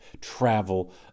travel